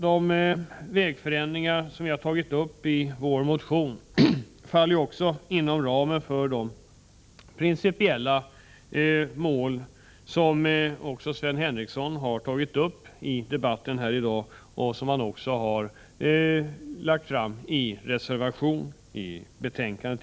De vägförändringar som vi tagit upp i vår motion faller inom ramen för de principiella mål som Sven Henricsson framhållit i debatten här i dag och i reservationer till trafikutskottets betänkande.